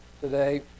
today